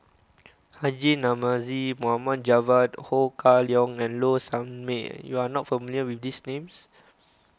Haji Namazie Mohd Javad Ho Kah Leong and Low Sanmay you are not familiar with these names